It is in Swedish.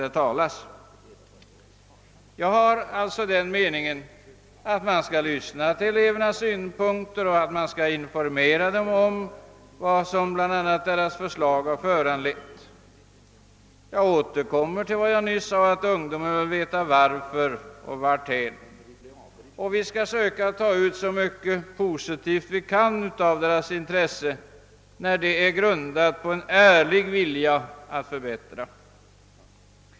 Jag har alltså den meningen att man skall lyssna på elevernas synpunkter och att man skall informera dem om vad deras förslag kan ha föranlett. Jag återkommer till vad jag nyss sade, nämligen att ungdomen gärna vill veta varför och varthän. Vi bör försöka att ta ut så mycket positivt vi kan av deras intresse, när detta är grundlagt på en ärlig vilja att förbättra.